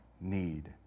need